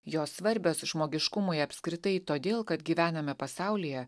jos svarbios žmogiškumui apskritai todėl kad gyvename pasaulyje